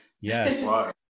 Yes